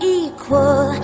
equal